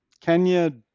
Kenya